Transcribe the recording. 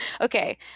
okay